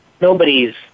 Nobody's